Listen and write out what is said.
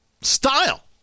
style